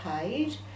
paid